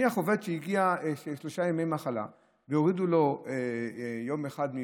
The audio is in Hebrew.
נניח עובד הגיש שלושה ימי מחלה והורידו לו יום אחד,